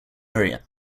area